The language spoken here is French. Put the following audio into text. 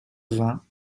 vingts